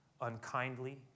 unkindly